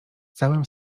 całym